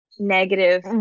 negative